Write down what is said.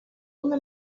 una